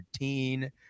13